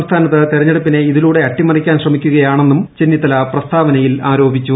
സംസ്ഥാനത്ത് തിരഞ്ഞെടുപ്പിനെ ഇതിലൂടെ അട്ടിമറിക്കാൻ ശ്രമിക്കുകയാണെന്നും ചെന്നിത്തല പ്രസ്താവനയിൽ ആരോപിച്ചു